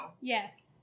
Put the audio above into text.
Yes